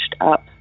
up